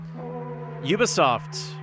Ubisoft